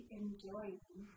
enjoying